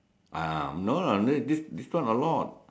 ah no lah no this this one a lot